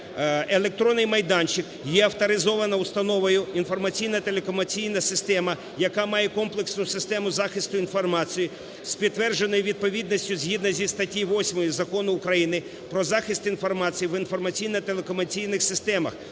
"Електронний майданчик є авторизованою установою, інформаційно-телекомунікаційна система, яка має комплексну систему захисту інформації з підтвердженою відповідністю згідно зі статтею 8 Закону України "Про захист інформації в інформаційно-телекомунікаційних системах"